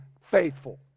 faithful